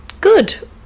good